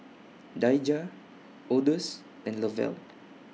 Daijah Odus and Lavelle